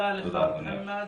תודה לך מוחמד.